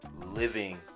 living